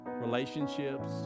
relationships